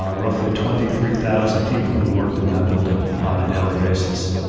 ah roughly twenty three thousand people who worked in that building on a daily basis.